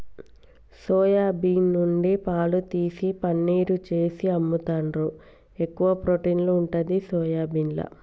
soya bean నుండి పాలు తీసి పనీర్ చేసి అమ్ముతాండ్రు, ఎక్కువ ప్రోటీన్ ఉంటది సోయాబీన్ల